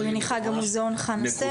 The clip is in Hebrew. אני מניחה גם המוזיאון חנה סנש,